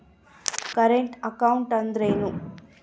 Current account ಅಂದರೇನು?